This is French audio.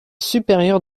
supérieur